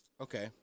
Okay